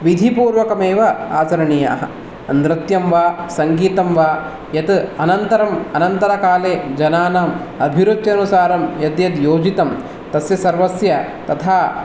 विधिपूर्वकमेव आचरणीयाः नृत्यं वा सङ्गीतं वा यत् अनन्तरम् अनन्तरकाले जनानाम् अभिरुच्यनुसारं यद् यद् योजितं तस्य सर्वस्य तथा